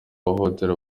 bahohoterwa